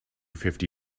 fifty